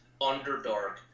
Underdark